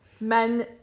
men